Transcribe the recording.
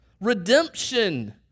redemption